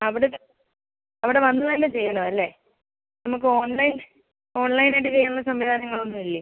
അവിടെ വന്ന് തന്നെ ചെയ്യണം അല്ലേ നമുക്ക് ഓൺലൈൻ ഓൺലൈൻ ആയിട്ട് ചെയ്യാനുള്ള സംവിധാനങ്ങളൊന്നും ഇല്ലേ